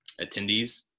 attendees